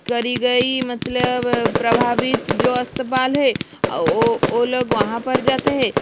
करी गई मतलब प्रभावित जो अस्पताल है ओ लोग वहाँ पर जाते है